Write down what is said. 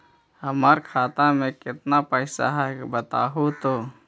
हमर खाता में केतना पैसा है बतहू तो?